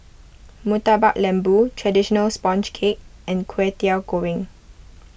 Murtabak Lembu Traditional Sponge Cake and Kwetiau Goreng